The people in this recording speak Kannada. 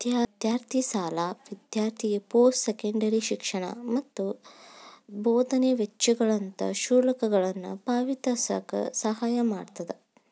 ವಿದ್ಯಾರ್ಥಿ ಸಾಲ ವಿದ್ಯಾರ್ಥಿಗೆ ಪೋಸ್ಟ್ ಸೆಕೆಂಡರಿ ಶಿಕ್ಷಣ ಮತ್ತ ಬೋಧನೆ ವೆಚ್ಚಗಳಂತ ಶುಲ್ಕಗಳನ್ನ ಪಾವತಿಸಕ ಸಹಾಯ ಮಾಡ್ತದ